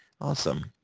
Awesome